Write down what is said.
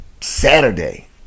Saturday